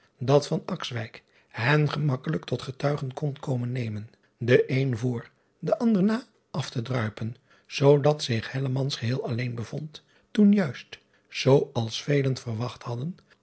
dat hen gemakkelijk tot getuigen kon komen nemen de een voor de ander na af te druipen zoodat zich geheel alleen bevond toen juist zoo als velen verwacht hadden